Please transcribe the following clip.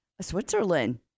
Switzerland